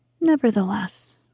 Nevertheless